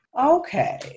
Okay